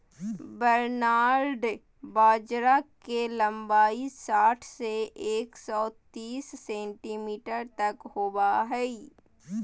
barnyard बाजरा के लंबाई साठ से एक सो तिस सेंटीमीटर तक होबा हइ